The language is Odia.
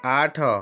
ଆଠ